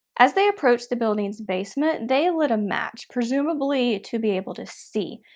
as they approached the building's basement they lit a match, presumably to be able to see.